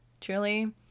Truly